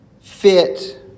fit